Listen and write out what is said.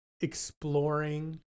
exploring